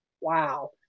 Wow